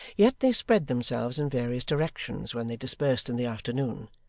yet they spread themselves in various directions when they dispersed in the afternoon,